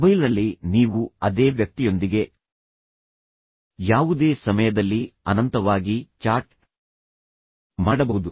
ಮೊಬೈಲ್ನಲ್ಲಿ ನೀವು ಅದೇ ವ್ಯಕ್ತಿಯೊಂದಿಗೆ ಯಾವುದೇ ಸಮಯದಲ್ಲಿ ಅನಂತವಾಗಿ ಚಾಟ್ ಮಾಡಬಹುದು